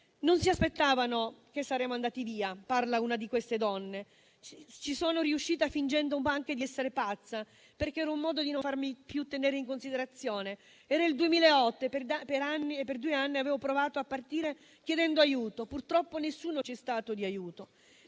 non si aspettavano che saremmo andati via. Ci sono riuscita fingendo anche di essere pazza perché era un modo di non farmi più tenere in considerazione. Era il 2008 e per due anni avevo provato a partire chiedendo aiuto. Purtroppo nessuno ci è stato di aiuto.